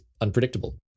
unpredictable